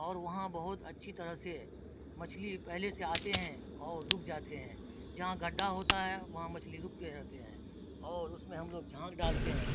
اور وہاں بہت اچھی طرح سے مچھلی پہلے سے آتے ہیں اور رک جاتے ہیں جہاں گڈھا ہوتا ہے وہاں مچھلی رک کے رہتے ہیں اور اس میں ہم لوگ جھانک ڈالتے ہیں